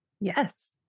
Yes